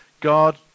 God